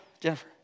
Jennifer